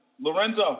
Lorenzo